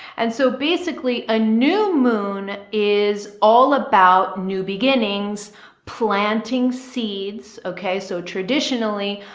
and so basically a new moon is all about new beginnings planting seeds. okay. so traditionally,